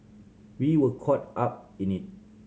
we were caught up in it